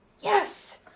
Yes